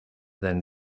then